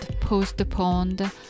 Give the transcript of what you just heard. postponed